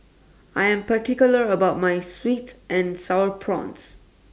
I Am particular about My Sweet and Sour Prawns